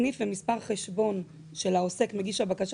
סניף ומספר חשבון של העוסק מגיש הבקשה